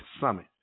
summit